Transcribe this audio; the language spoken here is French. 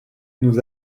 nous